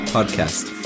Podcast